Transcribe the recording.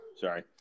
Sorry